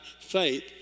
faith